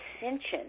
ascension